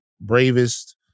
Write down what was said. bravest